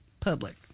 public